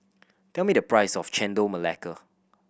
tell me the price of Chendol Melaka